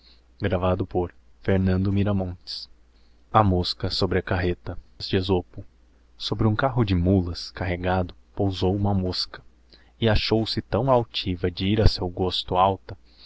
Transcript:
a mosca sobre a carreta sobre hum carro de mulas carregado pousou liuma mosca e achou se tão altiva de ir a seu gosto alta